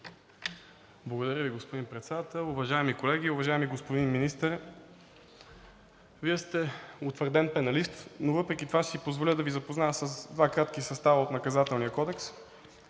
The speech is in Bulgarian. Благодаря Ви, господин Председател. Уважаеми колеги, уважаеми господин Министър, Вие сте утвърден пеналист, но въпреки това ще си позволя да Ви запозная с два кратки състава от Наказателния кодекс.